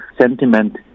sentiment